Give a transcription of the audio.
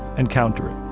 and counter it.